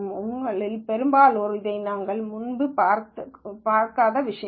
உங்களில் பெரும்பாலோர் இவை நீங்கள் முன்பு நினைத்துப் பார்க்காத விஷயங்கள்